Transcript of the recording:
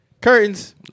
curtains